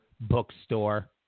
bookstore